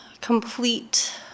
complete